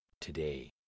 today